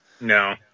No